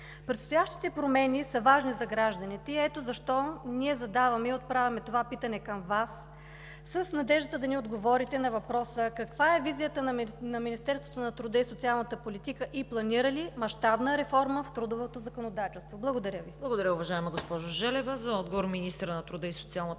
Предстоящите промени са важни за гражданите и ето защо ние задаваме и отправяме това питане към Вас с надеждата да ни отговорите на въпроса: Каква е визията на Министерството на труда и социалната политика и планира ли мащабна реформа в трудовото законодателство? Благодаря Ви.